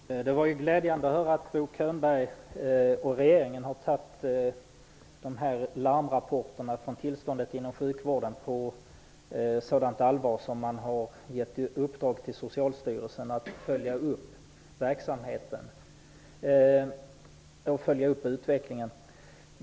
Herr talman! Det var glädjande att höra att Bo Könberg och regeringen har tagit larmrapporterna om tillståndet inom sjukvården på sådant allvar att man har gett Socialstyrelsen i uppdrag att följa upp utvecklingen.